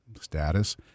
status